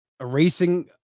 Erasing